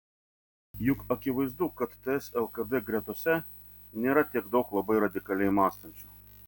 juk akivaizdu kad ts lkd gretose nėra tiek daug labai radikaliai mąstančių